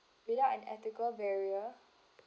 without unethical barrier